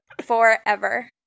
forever